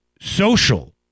social